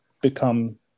become